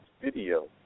video